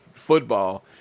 football